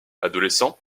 adolescent